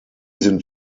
sind